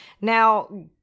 Now